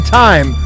time